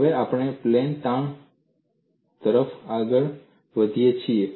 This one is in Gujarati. હવે આપણે પ્લેન તાણ તરફ આગળ વધીએ છીએ